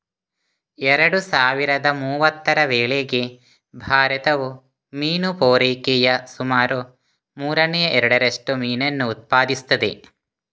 ಎರಡು ಸಾವಿರದ ಮೂವತ್ತರ ವೇಳೆಗೆ ಭಾರತವು ಮೀನು ಪೂರೈಕೆಯ ಸುಮಾರು ಮೂರನೇ ಎರಡರಷ್ಟು ಮೀನನ್ನು ಉತ್ಪಾದಿಸುತ್ತದೆ